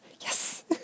yes